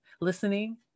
listening